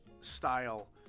style